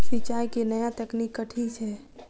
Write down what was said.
सिंचाई केँ नया तकनीक कथी छै?